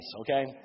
okay